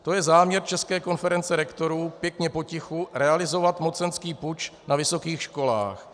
To je záměr České konference rektorů, pěkně potichu realizovat mocenský puč na vysokých školách.